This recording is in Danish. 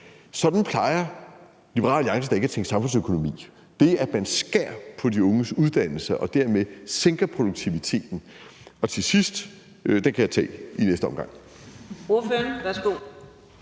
Sådan plejer Liberal Alliance da ikke at tænke samfundsøkonomi, altså det, at man skærer på de unges uddannelse og dermed sænker produktiviteten. Det sidste spørgsmål kan jeg tage i næste omgang.